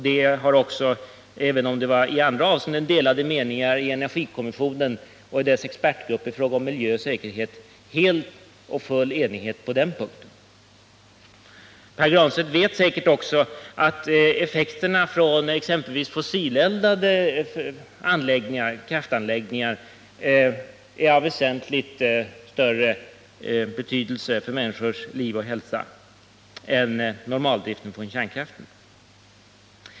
Det var också full enighet på den punkten i energikommissionen och dess expertgrupp för miljö och säkerhet — även om det i andra avseenden rådde delade meningar. Pär Granstedt vet säkert också att effekterna från exempelvis fossileldade kraftanläggningar har en väsentligt större skadlig inverkan på människors liv och hälsa än normaldriften i kärnkraftverken.